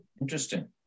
Interesting